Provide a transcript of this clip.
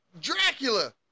Dracula